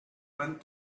went